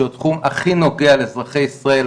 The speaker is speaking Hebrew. שהוא התחום הכי נוגע לאזרחי ישראל,